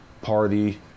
party